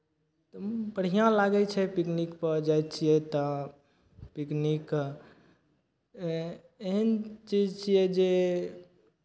बढ़िआँ लागै छै पिकनिकपर जाइ छियै तऽ पिकनिक एहन चीज छियै जे